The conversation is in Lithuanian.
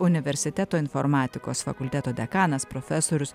universiteto informatikos fakulteto dekanas profesorius